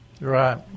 Right